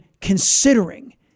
considering